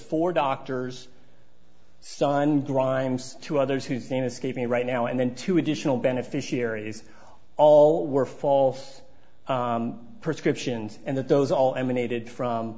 four doctors son grimes two others whose name escapes me right now and then two additional beneficiaries all were false prescriptions and that those all